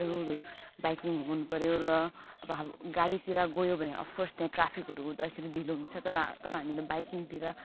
रुलहरू biking हुनुपर्यो र अब गाडीतिर गयो भने अफकोर्स त्यहाँ ट्राफिकहरू हुँदाखेरि ढिलो हुन्छ तर तर हामीले बाइकिङतिर